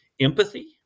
empathy